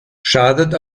schadet